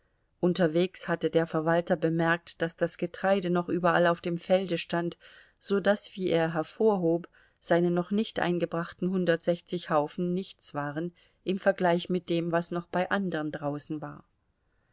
unterwegs hatte der verwalter bemerkt daß das getreide noch überall auf dem felde stand so daß wie er hervorhob seine noch nicht eingebrachten hundertsechzig haufen nichts waren im vergleich mit dem was noch bei andern draußen war